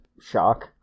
shock